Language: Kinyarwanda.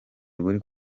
buri